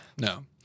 No